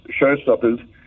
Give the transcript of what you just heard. showstoppers